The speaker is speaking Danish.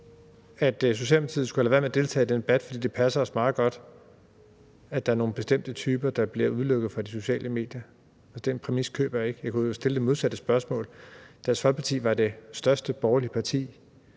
at Socialdemokratiet skulle have ladet være med at deltage i den debat, fordi det passede os meget godt, at nogle bestemte typer blev udelukket fra de sociale medier. Den præmis køber jeg ikke. Jeg kunne stille det modsatte spørgsmål: Dansk Folkeparti var det største borgerlige parti